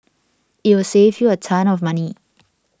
it will save you a ton of money